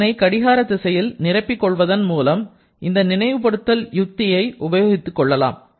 இதனை கடிகார திசையில் நிரப்பி கொள்வதன் மூலம் இந்த நினைவுபடுத்துதல் யுத்தியை உபயோகித்துக்கொள்ளலாம்